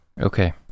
Okay